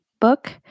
book